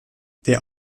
der